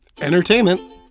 entertainment